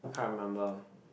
can't remember